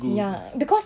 ya because